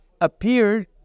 appeared